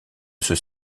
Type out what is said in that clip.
ceux